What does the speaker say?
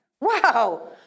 Wow